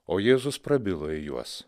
o jėzus prabilo į juos